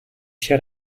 się